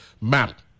map